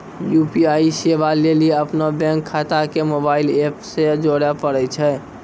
UPI सेबा लेली अपनो बैंक खाता के मोबाइल एप से जोड़े परै छै